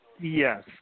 Yes